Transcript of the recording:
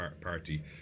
party